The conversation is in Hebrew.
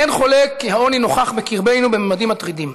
אין חולק כי העוני נוכח בקרבנו בממדים מטרידים.